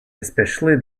especially